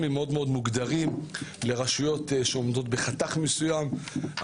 מאוד מאוד מוגדרים לרשויות שעומדות בחתך מסוים.